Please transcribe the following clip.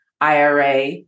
IRA